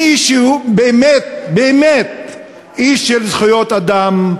מי שהוא באמת באמת איש של זכויות אדם,